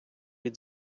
від